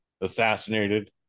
assassinated